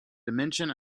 dimension